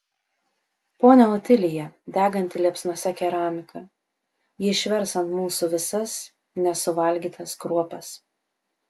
ponia otilija deganti liepsnose keramika ji išvers ant mūsų visas nesuvalgytas kruopas